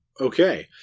Okay